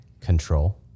Control